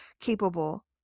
capable